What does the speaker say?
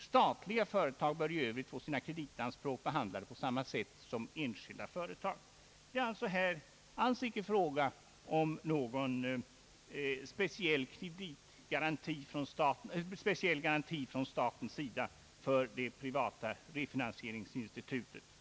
Statliga företag bör i Övrigt få sina kreditanspråk behandlade på samma sätt som enskilda företag. Det är alls inte här fråga om att vi vill ha någon speciell garanti från statens sida för det privata refinansieringsinstitutet.